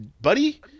Buddy